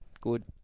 good